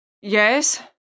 Yes